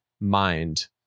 mind